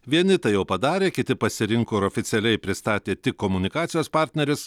vieni tai jau padarė kiti pasirinko ir oficialiai pristatė tik komunikacijos partnerius